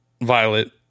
Violet